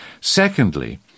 secondly